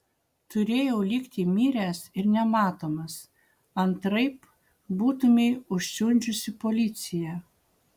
turėjau likti miręs ir nematomas antraip būtumei užsiundžiusi policiją